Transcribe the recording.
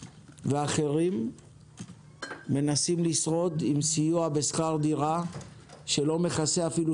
ואחרים מנסים לשרוד עם סיוע בשכר דירה שלא מכסה אפילו